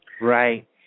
Right